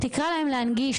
תקרא להם להנגיש,